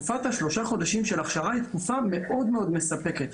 תקופה של שלושה חודשי הכשרה היא תקופה מאוד מספקת.